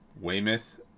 Weymouth